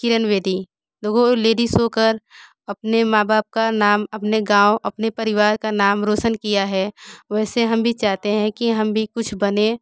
किरन वेदी देखो ओ लेडीस होकर अपने माँ बाप का नाम अपने गाँव अपने परिवार का नाम रोशन किया है वैसे हम भी चाहते हैं कि हम भी कुछ बनें